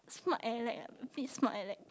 smart alec ah a bit smart alec